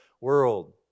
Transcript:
world